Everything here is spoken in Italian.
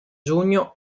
giugno